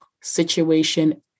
situation